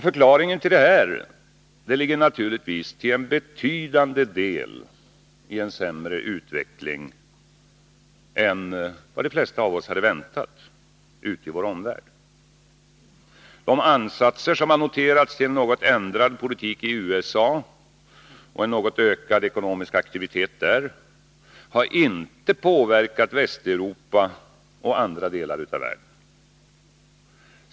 Förklaringen till detta ligger naturligtvis till en betydande del i en sämre utveckling än vad de flesta av oss hade väntat ute i vår omvärld. De ansatser som noterats till en något ändrad politik i USA och en något ökad ekonomisk aktivitet där har inte påverkat Västeuropa och andra delar av världen.